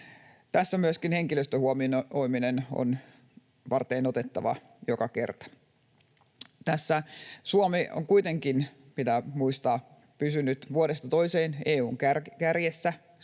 Tässä myöskin henkilöstön huomioiminen on varteenotettavaa joka kerta. Suomi on kuitenkin, pitää muistaa, pysynyt vuodesta toiseen EU:n kärjessä